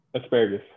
Asparagus